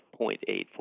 0.84